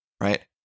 right